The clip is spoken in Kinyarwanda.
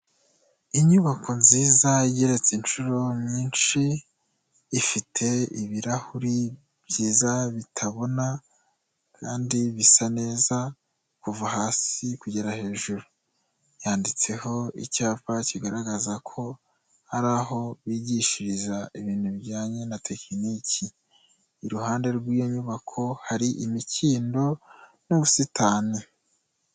Inyubako nziza igeretse inshuro nyinshi, ifite ibirahuri byiza bitabona kandi bisa neza kuva hasi kugera hejuru, yanditseho icyapa kigaragaza ko hari aho bigishiriza ibintu bijyanye na tekiniki, iruhande rw'iyo nyubako hari imikindo n'ubusitani.